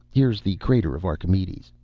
here is the crater of archimedes.